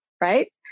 right